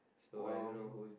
!wow!